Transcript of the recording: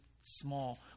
small